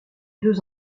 deux